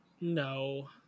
No